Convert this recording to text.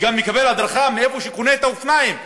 וגם לקבל הדרכה מאיפה שהוא קונה את האופניים,